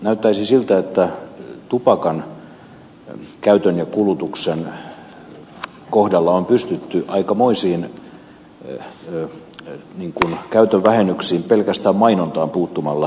näyttäisi siltä että tupakan käytön ja kulutuksen kohdalla on pystytty aikamoisiin käytön vähennyksiin pelkästään mainontaan puuttumalla